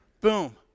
Boom